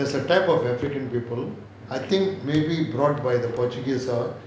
there's a type of african people I think maybe brought by the portugese